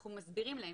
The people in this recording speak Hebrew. אנחנו מסבירים להם.